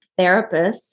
therapists